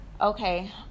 okay